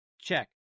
Check